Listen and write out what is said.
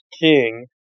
king